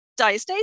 diastasis